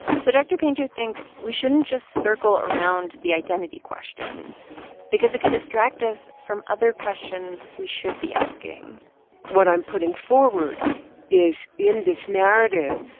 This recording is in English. so dr. painter thinks we shouldn't just circle around the identity question because it can distract us from other questions we should be asking what i'm putting forward is in this narrative,